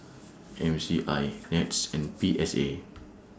M C I Nets and P S A